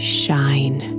shine